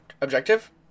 objective